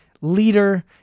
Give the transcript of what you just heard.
leader